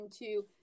into-